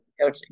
coaching